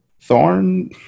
Thorn